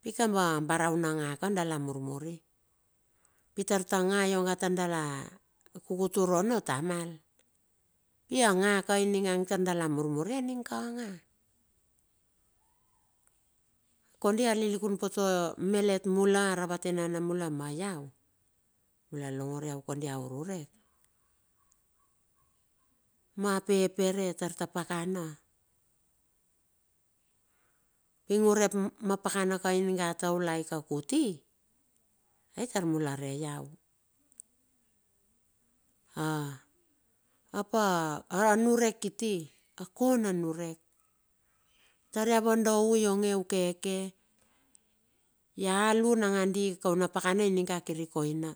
Pi kaba a bara una nga dala murmuri, pi tar ta nga ionga tar dala kukutur ono tamal, i a anga ka ininge tar dala murmur i aning ka nga. Kondi a lilikun pote malet mula a ravate nana mula ma iau mula longor iau kondi a ururek, mama pepere tar ta pakana, ping urep mapakana ka ininga a taulai ka kuti. ai tar mula re lau, apa niurek kiti, a ko na niurek, taria va do u ionge ukeke. Ia lun nangandi kaun na pakana kaun apakana ininga kiri koina